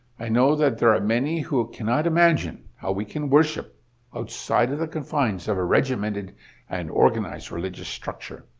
i know that there are many who cannot imagine how we can worship outside of the confines of a regimented and organized religious structure.